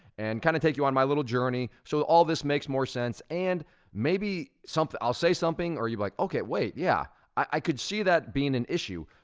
and kinda take you on my little journey, so all of this makes more sense, and maybe something i'll say something, or you're like, okay, wait, yeah, i could see that being an issue.